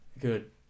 Good